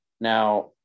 now